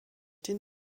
den